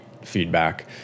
feedback